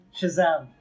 Shazam